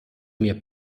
mir